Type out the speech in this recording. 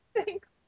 Thanks